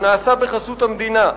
הוא נעשה בחסות המדינה.